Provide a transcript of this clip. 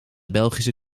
belgische